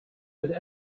but